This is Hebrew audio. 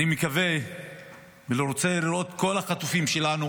אני מקווה ורוצה לראות את כל החטופים שלנו